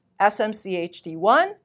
SMCHD1